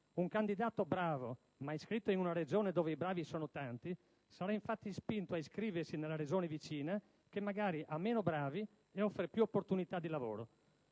Un candidato bravo, ma iscritto in una Regione dove i bravi sono tanti, sarà infatti spinto a iscriversi nella Regione vicina, che magari ha meno bravi e offre più opportunità di lavoro.